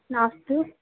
नास्ति